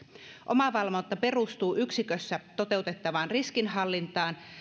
omavalvonta perustuu yksikössä toteutettavaan riskinhallintaan